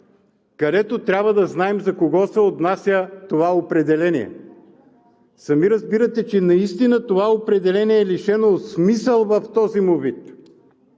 където трябва да знаем за кого се отнася това определение. Сами разбирате, че това определение наистина е лишено от смисъл в този му вид.